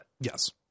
Yes